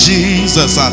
Jesus